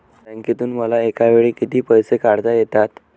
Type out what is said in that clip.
बँकेतून मला एकावेळी किती पैसे काढता येतात?